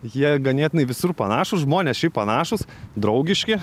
jie ganėtinai visur panašūs žmonės šiaip panašūs draugiški